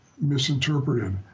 misinterpreted